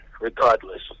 regardless